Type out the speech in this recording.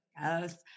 yes